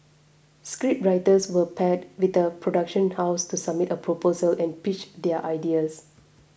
scriptwriters were paired with a production house to submit a proposal and pitch their ideas